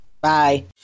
Bye